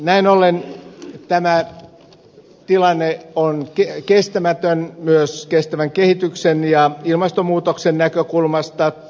näin ollen tämä tilanne on kestämätön myös kestävän kehityksen ja ilmastonmuutoksen näkökulmasta